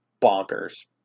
bonkers